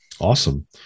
awesome